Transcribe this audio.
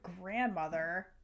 grandmother